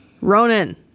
Ronan